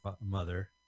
mother